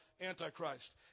Antichrist